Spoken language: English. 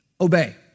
obey